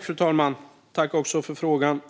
Fru talman! Jag tackar för frågan.